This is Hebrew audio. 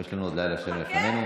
יש לנו עוד לילה שלם לפנינו.